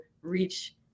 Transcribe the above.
reach